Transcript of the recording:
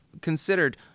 considered